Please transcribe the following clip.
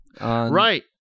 Right